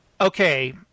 Okay